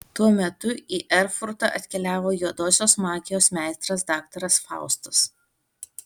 tuo metu į erfurtą atkeliavo juodosios magijos meistras daktaras faustas